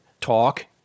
talk